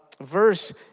verse